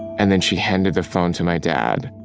and then she handed the phone to my dad,